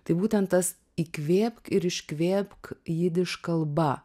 tai būtent tas įkvėpk ir iškvėpk jidiš kalba